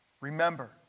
Remember